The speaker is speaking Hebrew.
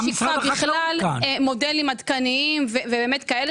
היא לא שיקפה בכלל מודלים עדכניים וכאלה